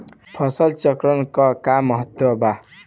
फसल चक्रण क का महत्त्व बा?